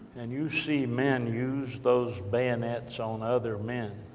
and you see men use those bayonets on other men,